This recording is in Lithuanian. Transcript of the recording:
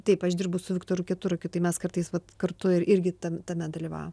taip aš dirbu su viktoru keturakiu tai mes kartais vat kartu ir irgi tame tame dalyvavo